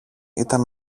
ήταν